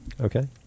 Okay